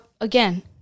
again